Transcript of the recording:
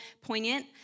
poignant